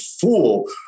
fool